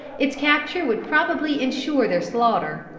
its capture would probably insure their slaughter.